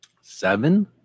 Seven